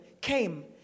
came